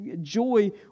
joy